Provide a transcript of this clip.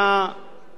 דירות רפאים.